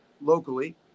locally